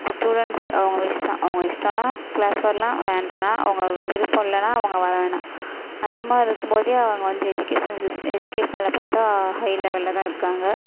students அவங்க wish தான் அவங்க இஷ்டம்னா க்ளாஸ் வரலாம் வேண்டாம்னா அவங்க விருப்பம் இல்லைன்னா அவங்க வரவேணாம் அந்த மாதிரி இருக்கும் போதே அவங்க வந்து எஜுகேஷன் சிஸ் எஜுகேஷனில் பார்த்தா ஹை லெவலில் தான் இருக்காங்க